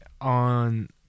on